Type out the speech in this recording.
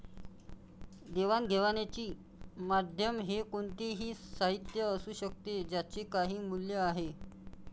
देवाणघेवाणीचे माध्यम हे कोणतेही साहित्य असू शकते ज्याचे काही मूल्य आहे